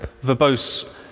verbose